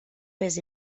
pes